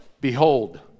behold